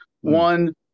one